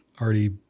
already